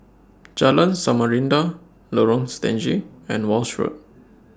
Jalan Samarinda Lorong Stangee and Walshe Road